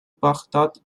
baghdad